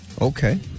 okay